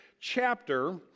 chapter